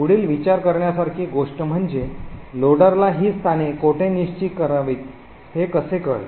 पुढील विचार करण्यासारखी गोष्ट म्हणजे लोडरला ही स्थाने कोठे निश्चित करावीत हे कसे कळेल